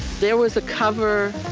there was a cover